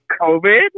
COVID